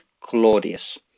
Claudius